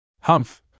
Humph